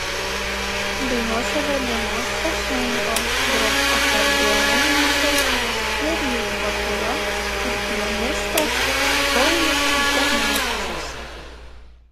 dainuos evelina sašenko gros akordeonininkas nerijus bakula ir pianistas paulius zdanavičius